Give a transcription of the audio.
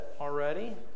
already